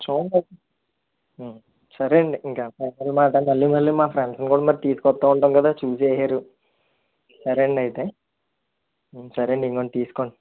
చూడండి సరే అండి ఇంక అంతే అన్నమాటా మళ్ళీ మళ్ళీ మా ఫ్రెండ్స్ని కూడా మేము తీసుకొస్తూ ఉంటాము కదా చూసి వేశారు సరే అండి అయితే సరే అండి ఇదిగోండి తీసుకోండి